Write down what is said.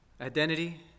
identity